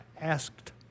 asked